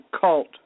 cult